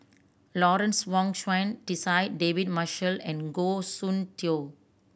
Lawrence Wong Shyun Tsai David Marshall and Goh Soon Tioe